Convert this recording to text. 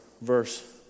verse